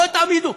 בואו תעמידו.